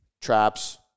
traps